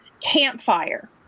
campfire